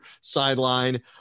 sideline